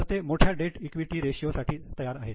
तर ते मोठ्या डेट ईक्विटी रेशियो साठी तयार आहेत